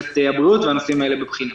ולמערכת הבריאות, והנושאים האלה בבחינה.